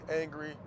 angry